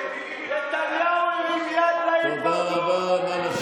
נתניהו הרים יד להיפרדות, תודה רבה.